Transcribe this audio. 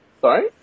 Sorry